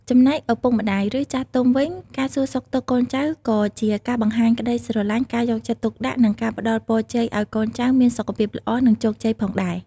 ចំណែកឪពុកម្តាយ ឬចាស់ទុំវិញ ការសួរសុខទុក្ខកូនចៅក៏ជាការបង្ហាញក្តីស្រឡាញ់ ការយកចិត្តទុកដាក់ និងការផ្តល់ពរជ័យឲ្យកូនចៅមានសុខភាពល្អ និងជោគជ័យផងដែរ។